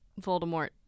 Voldemort